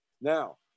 Now